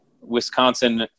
Wisconsin